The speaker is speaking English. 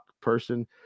person